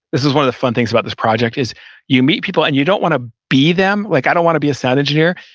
this is one of the fun things about this project is you meet people and you don't want to be them. like i don't want to be a sound engineer,